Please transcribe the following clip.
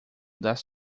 das